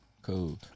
cool